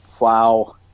Wow